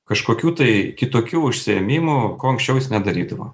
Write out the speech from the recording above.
kažkokių tai kitokių užsiėmimų ko anksčiau jis nedarydavo